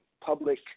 public –